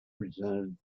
presented